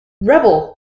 rebel